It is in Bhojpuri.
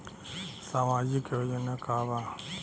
सामाजिक योजना का बा?